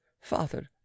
father